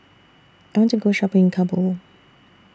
I want to Go Shopping in Kabul